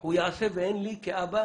הוא יעשה ואין לי כאבא